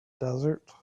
desert